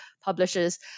publishers